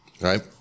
right